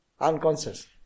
unconscious